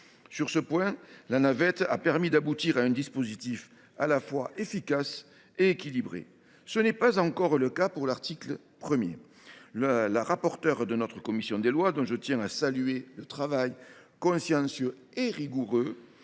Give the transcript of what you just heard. Sur ce point, la navette a permis d’aboutir à un dispositif à la fois efficace et équilibré. Ce n’est pas encore le cas pour l’article 1. Mme la rapporteure de la commission des lois, dont je tiens à saluer le travail consciencieux et rigoureux,